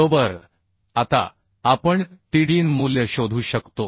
बरोबर आता आपण tdnमूल्य शोधू शकतो